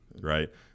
right